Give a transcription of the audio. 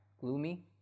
gloomy